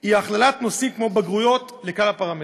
היא הכללת נושאים כמו בגרויות בכלל הפרמטרים.